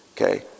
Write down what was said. Okay